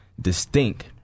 distinct